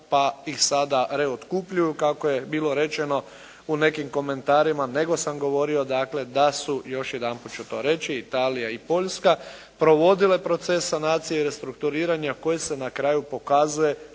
pa ih sada reotkupljuju kako je bilo rečeno u nekim komentarima, nego sam govorio dakle da su, još jedanput ću to reći Italija i Poljska provodile proces sanacije i restrukturiranja koji se na kraju pokazuje